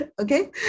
Okay